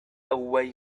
away